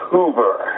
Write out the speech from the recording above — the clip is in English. Hoover